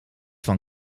van